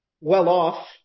well-off